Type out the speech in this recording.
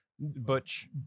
Butch